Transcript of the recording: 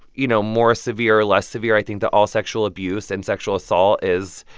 you know, more severe or less severe. i think that all sexual abuse and sexual assault is